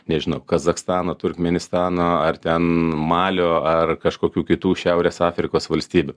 nežino kazachstano turkmėnistano ar ten malio ar kažkokių kitų šiaurės afrikos valstybių